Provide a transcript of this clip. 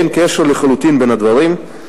אין קשר, לחלוטין, בין הדברים.